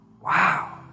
Wow